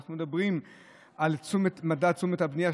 אנחנו מדברים על מדד תשומות הבנייה,